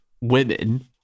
women